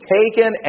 taken